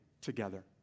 together